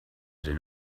den